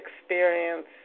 experience